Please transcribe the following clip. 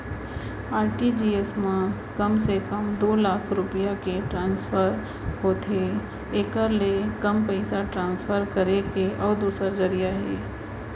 RTGS म कम से कम दू लाख रूपिया के ट्रांसफर होथे एकर ले कम पइसा ट्रांसफर करे के अउ दूसर जरिया हे